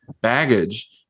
baggage